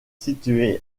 situé